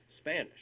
Spanish